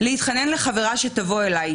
להתחנן לחברה שתבוא אליי,